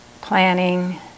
planning